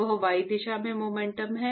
वह y दिशा में मोमेंटम है